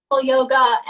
yoga